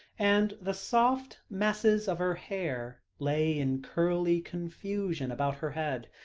and the soft masses of her hair lay in curly confusion about her head.